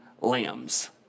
lambs